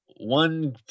one